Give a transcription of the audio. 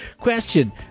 question